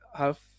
half